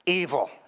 evil